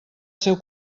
seu